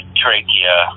trachea